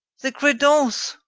the credence!